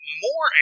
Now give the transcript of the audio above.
more